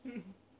mm mm